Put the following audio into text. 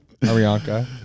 arianka